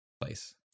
place